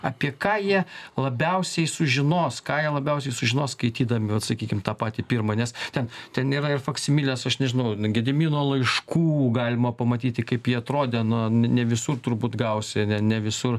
apie ką jie labiausiai sužinos ką jie labiausiai sužinos skaitydami vat sakykim tą patį pirmą nes ten ten yra ir faksimilės aš nežinau nu gedimino laiškų galima pamatyti kaip jie atrodė na ne ne visur turbūt gausi ne ne visur